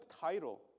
title